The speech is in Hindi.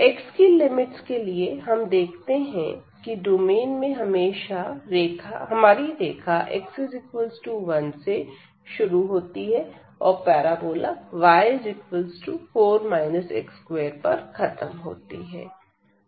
x की लिमिट्स के लिए हम देखते हैं कि डोमेन में हमेशा हमारी रेखा x1से शुरू होती है और पैराबोला y4 x2 पर खत्म होती है